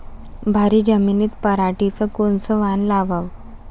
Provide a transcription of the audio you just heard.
भारी जमिनीत पराटीचं कोनचं वान लावाव?